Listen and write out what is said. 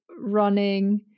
running